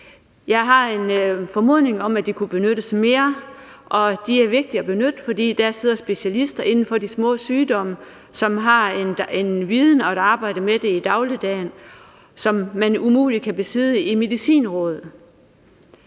Jeg har en formodning om, at de kunne benyttes mere, og de er vigtige at benytte, for der sidder specialister inden for de små sygdomme, som arbejder med det i dagligdagen, og de har en viden, som man umuligt kan besidde i Medicinrådet.